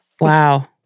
Wow